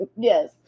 Yes